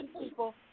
people